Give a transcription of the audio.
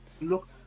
look